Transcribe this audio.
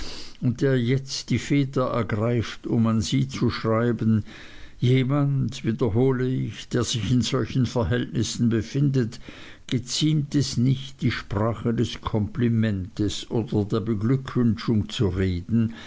und der jetzt die feder ergreift um an sie zu schreiben jemand wiederhole ich der sich in solchen verhältnissen befindet geziemt es nicht die sprache des komplimentes oder der beglückwünschung zu reden